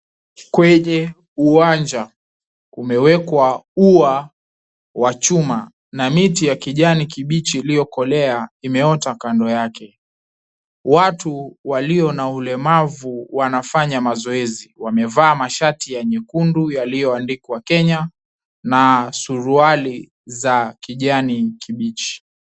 kwenye uwanja. Kumewekwa ua wa chuma na miti ya kijani kibichi iliyokolea imeota kando yake. Watu walio na ulemavu wanafanya mazoezi. Wamevaa mashati ya nyekundu yaliyoandikwa Kenya na suruali za kijani kibichi.